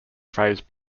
phase